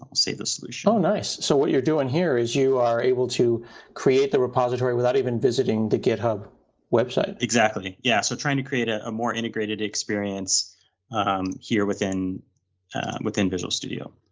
and i'll save the solution. nice. so what you're doing here is you are able to create the repository without even visiting the github website. exactly, yeah. so trying to create a more integrated experience here within within visual studio.